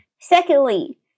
secondly